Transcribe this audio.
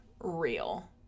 real